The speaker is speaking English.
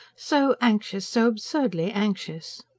so anxious. so absurdly anxious!